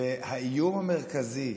והאיום המרכזי,